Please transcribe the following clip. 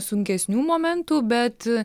sunkesnių momentų bet